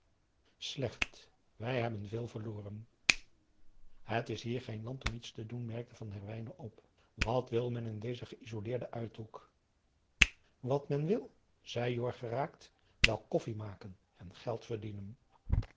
slecht wij hebben veel verloren het is hier geen land om iets te doen merkte van herwijnen op wat wil men in dezen geïsoleerden uithoek wat men wil zei jorg geraakt wel koffie maken en geld verdienen